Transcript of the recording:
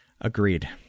Agreed